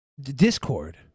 Discord